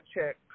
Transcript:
check